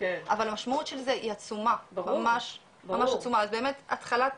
אבל המשמעות של זה היא עצומה ממש אז באמת התחלת